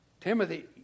Timothy